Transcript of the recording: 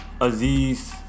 Aziz